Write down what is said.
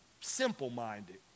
simple-minded